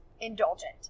indulgent